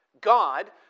God